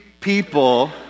people